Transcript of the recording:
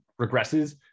regresses